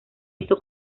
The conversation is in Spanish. hizo